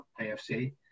AFC